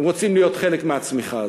הם רוצים להיות חלק מהצמיחה הזאת.